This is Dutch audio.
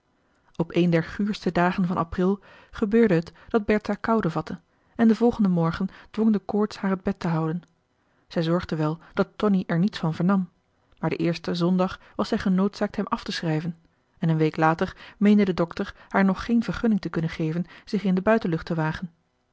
op een der guurste dagen van april gebeurde het dat bertha koude vatte en den volgenden morgen dwong de koorts haar het bed te houden zij zorgde wel dat tonie er niets van vernam maar den eersten zondag was zij genoodzaakt hem afteschrijven en een week later meende de dokter haar nog geen vergunning te kunnen geven zich in de buitenlucht te wagen